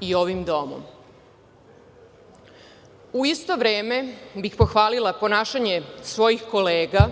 i ovim domom.U isto vreme bih pohvalila ponašanje svojih kolega